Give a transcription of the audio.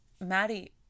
Maddie